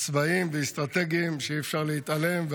צבאיים ואסטרטגיים שאי-אפשר להתעלם מהם,